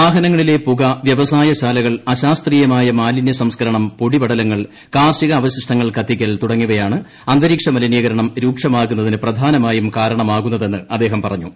വാഹനങ്ങളിലെ പുക വ്യവസായശാലകൾ അശാസ്ത്രീയമായ മാലിന്യ സംസ്കരണം പൊടിപടലങ്ങൾ കാർഷിക അവശിഷ്ടങ്ങൾ കത്തിക്കൽ തുടങ്ങിയവയാണ് അന്തരീക്ഷ മലിനീകരണം രൂക്ഷമാകുന്നതിനു പ്രധാനമായും കാരണമാകുന്നതെന്ന് അദ്ദേഹം പറഞ്ഞു